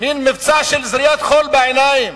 מין מבצע של זריית חול בעיניים.